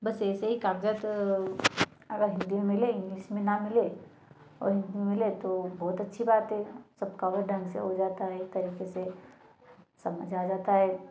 बस ऐसे ही कागज़ात हिंदी अगर में मिले इंग्लिश में ना मिले और तो बहुत अच्छी बात है सब कवर ढंग से हो जाता है एक तरीके से सब मज़ा आ जाता है